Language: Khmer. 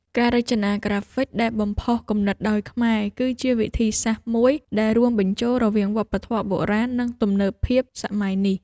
ការរចនាក្រាហ្វិកដែលបំផុសគំនិតដោយខ្មែរ គឺជាវិធីសាស្រ្តមួយដែលរួមបញ្ចូលរវាងវប្បធម៌បុរាណ និងទំនើបភាពសម័យនេះ។